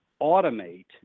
automate